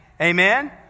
Amen